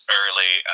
early